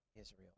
Israel